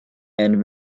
and